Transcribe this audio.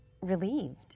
relieved